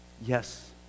Yes